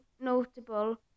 notable